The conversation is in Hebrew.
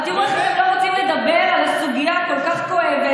אבל תראו איך אתם לא רוצים לדבר על הסוגיה הכל-כך כואבת,